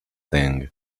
thing